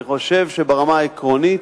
אני חושב שברמה העקרונית,